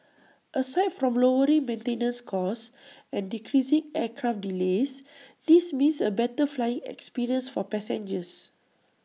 aside from lowering maintenance costs and decreasing aircraft delays this means A better flying experience for passengers